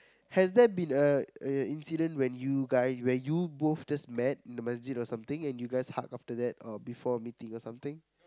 has there been a a incident where you guys where you both just met in a masjid or something and you guys hug after that or before meeting or something